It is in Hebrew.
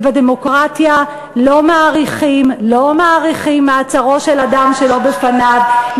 ובדמוקרטיה לא מאריכים מעצרו של אדם שלא בפניו,